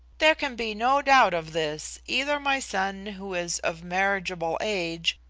there can be no doubt of this either my son, who is of marriageable age,